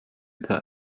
per